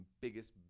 biggest